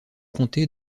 comté